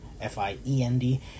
F-I-E-N-D